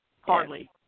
Hardly